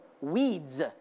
weeds